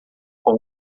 com